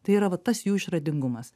tai yra va tas jų išradingumas